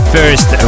First